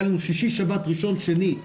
שישי-שבת, ראשון, שני,